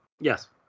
yes